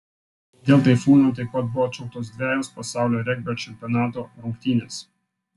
dėl taifūno taip pat buvo atšauktos dvejos pasaulio regbio čempionato rungtynės